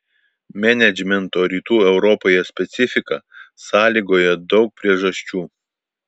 menedžmento rytų europoje specifiką sąlygoja daug priežasčių